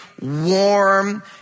warm